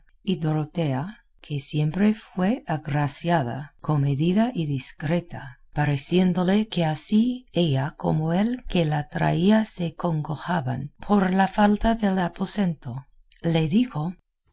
y dorotea que siempre fue agraciada comedida y discreta pareciéndole que así ella como el que la traía se congojaban por la falta del aposento le dijo